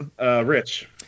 Rich